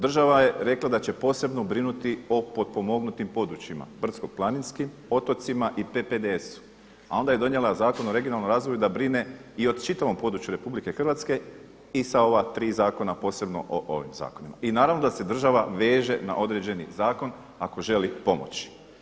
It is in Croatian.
Država je rekla da će posebno brinuti o potpomognutim područjima brdsko-planinskim, otocima i PPDS-u, a onda je donijela Zakon o regionalnom razvoju da brine i o čitavom području RH i sa ova tri zakona posebno o ovom zakonima i naravno da se država veže na određeni zakon ako želi pomoći.